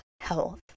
health